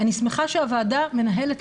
אני שמחה שהוועדה מנהלת,